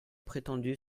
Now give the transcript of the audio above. prétendu